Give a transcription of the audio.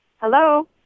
Hello